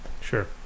Sure